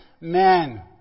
man